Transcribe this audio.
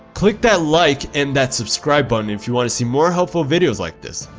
click that like and that subscribe button if you want to see more helpful videos like this!